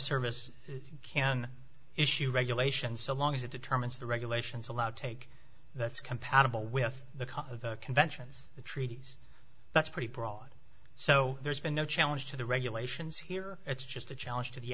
service can issue regulations so long as it determines the regulations allowed take that's compatible with the conventions the treaties that's pretty broad so there's been no challenge to the regulations here it's just a challenge to the